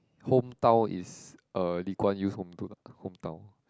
hometown is uh Lee Kuan Yew's home hometown